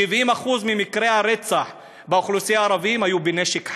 70% ממקרי הרצח באוכלוסייה הערבית היו בנשק חם.